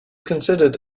considered